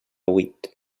huit